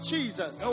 Jesus